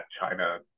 China